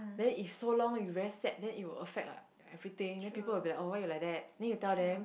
then if so long very you sad then it will affect everything then people will be oh why you like that then you tell them